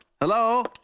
Hello